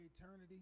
eternity